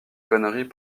conneries